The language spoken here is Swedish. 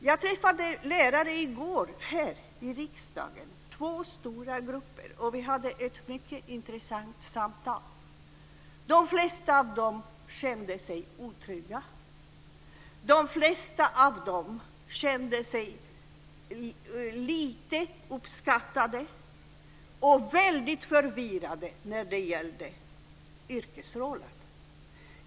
Jag träffade lärare i går här i riksdagen, två stora grupper, och vi hade ett mycket intressant samtal. De flesta av dem kände sig otrygga. De flesta av dem kände sig lite uppskattade och väldigt förvirrade när det gällde yrkesrollen.